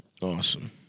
Awesome